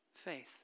faith